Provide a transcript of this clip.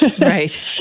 Right